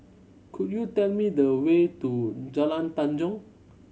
could you tell me the way to Jalan Tanjong